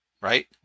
Right